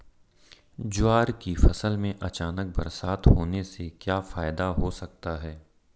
ज्वार की फसल में अचानक बरसात होने से क्या फायदा हो सकता है?